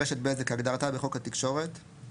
מסילת ברזל כהגדרתה בפקודת מסילות הברזל ,